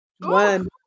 one